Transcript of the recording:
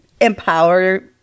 empower